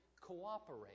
cooperate